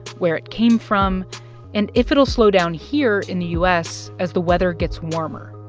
where it came from and if it'll slow down here in the u s. as the weather gets warmer.